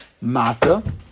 Mata